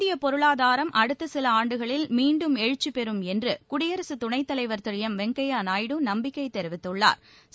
இந்திய பொருளாதாரம் அடுத்த சில ஆண்டுகளில் மீண்டும் எழுச்சி பெறும் என்று குடியரசுத் துணைத்தலைவா் திரு எம் வெங்கையா நாயுடு நம்பிக்கை தெரிவித்துள்ளாா்